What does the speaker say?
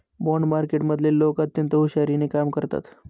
bond मार्केटमधले लोक अत्यंत हुशारीने कामं करतात